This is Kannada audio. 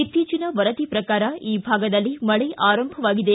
ಇತ್ತೀಚಿನ ವರದಿ ಪ್ರಕಾರ ಈ ಭಾಗದಲ್ಲಿ ಮಳೆ ಆರಂಭವಾಗಿದೆ